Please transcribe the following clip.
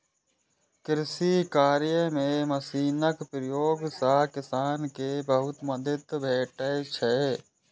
कृषि कार्य मे मशीनक प्रयोग सं किसान कें बहुत मदति भेटै छै